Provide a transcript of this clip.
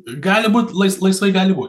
gali būt lais laisvai gali būt